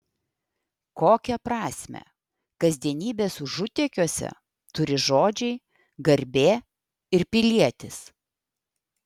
kokią prasmę kasdienybės užutėkiuose turi žodžiai garbė ir pilietis